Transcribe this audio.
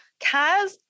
Kaz